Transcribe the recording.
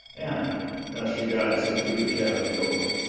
anna as she guides him through the cabin door.